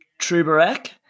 Trubarak